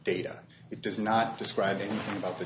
data it does not describe about the